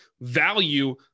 value